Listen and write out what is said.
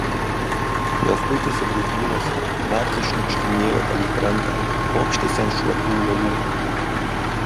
jos kuitėsi brūzgynuose naktį šniukštinėjo palei krantą ropštėsi ant šlapių uolų